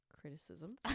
criticism